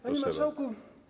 Panie Marszałku!